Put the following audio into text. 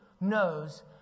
knows